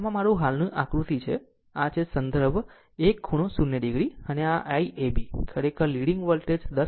આમ આ મારું હાલનું આકૃતિ છે આ છે સંદર્ભ એ એક ખૂણો 0 o છે અને Iab ખરેખર લીડીગ વોલ્ટેજ 10